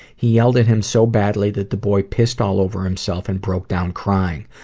he yelled at him so badly that the boy pissed all over himself and broke down crying.